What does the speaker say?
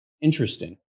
interesting